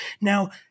Now